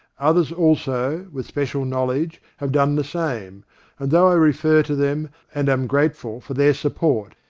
others also, with special knowledge, have done the same and though i refer to them, and am grateful for their support,